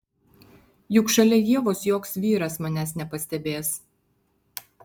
juk šalia ievos joks vyras manęs nepastebės